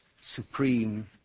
supreme